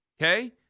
Okay